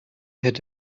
had